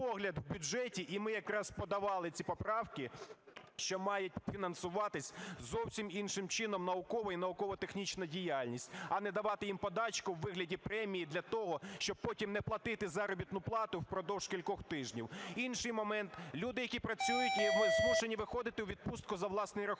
поправки, що мають фінансуватися зовсім іншим чином наукова і науково-технічна діяльність, а не давати їм подачку у вигляді премії для того, щоб потім не платити заробітну плату впродовж кількох тижнів. Інший момент. Люди, які працюють і змушені виходити у відпустку за власний рахунок.